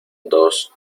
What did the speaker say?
dos